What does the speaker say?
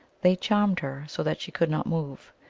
they charmed her so that she could not move.